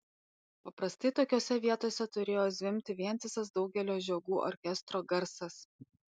paprastai tokiose vietose turėjo zvimbti vientisas daugelio žiogų orkestro garsas